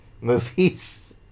movies